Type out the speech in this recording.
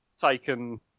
taken